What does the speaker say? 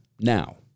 Now